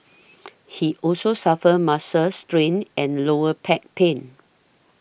he also suffered muscles strains and lower pack pain